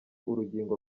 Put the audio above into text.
urugingo